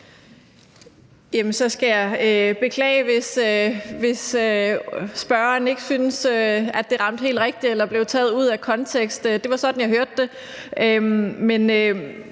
jeg beklage, hvis spørgeren ikke synes, at det ramte helt rigtigt eller blev taget ud af kontekst. Det var sådan, jeg hørte det.